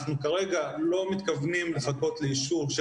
אנחנו כרגע לא מתכוונים לחכות לאישור של